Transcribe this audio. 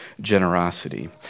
generosity